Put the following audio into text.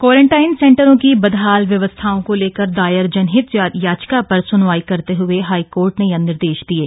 quarantine सेंटरों की बदहाल व्यवस्थाओं को लेकर दायर जनहित याचिका पर सुनवाई करते हुए हाईकोर्ट ने यह निर्देश दिये